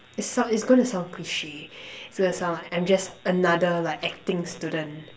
it sounds it's gonna sound cliche so it sounds like I'm just another acting student